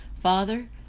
Father